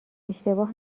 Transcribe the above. اشتباه